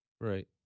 Right